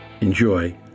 Enjoy